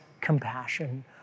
compassion